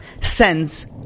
sends